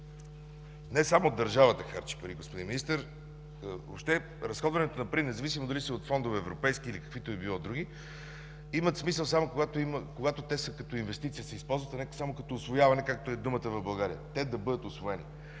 Не само държавата харчи пари, господин Министър, а въобще разходването на пари, независимо дали са от европейски фондове или въобще каквито и да било други, имат смисъл само когато те са като инвестиция и се използват, а не само като усвояване, каквато е думата в България – те да бъдат усвоени.